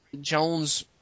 Jones